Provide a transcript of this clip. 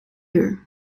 uur